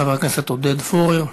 חבר הכנסת עודד פורר.